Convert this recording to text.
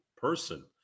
person